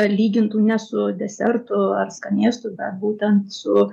lygintų ne su desertu ar skanėstu bet būtent su